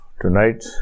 tonight